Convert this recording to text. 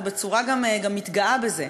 וגם מתגאה בזה.